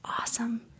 awesome